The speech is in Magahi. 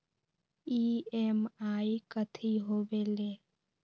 ई.एम.आई कथी होवेले?